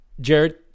Jared